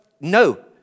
no